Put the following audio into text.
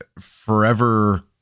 forever